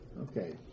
Okay